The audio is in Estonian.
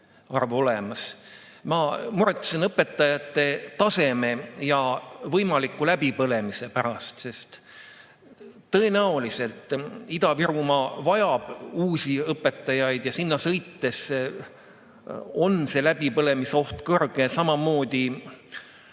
Ma muretsen õpetajate taseme ja võimaliku läbipõlemise pärast, sest tõenäoliselt Ida-Virumaa vajab uusi õpetajaid ja sinna sõites on see läbipõlemisoht kõrge. See oli